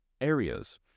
areas